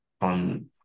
on